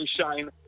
Shine